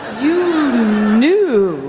you knew.